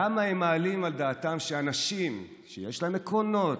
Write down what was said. למה הם מעלים על דעתם שאנשים שיש להם עקרונות,